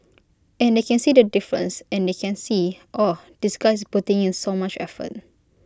and they can see the difference and they can see oh this guy is putting in so much effort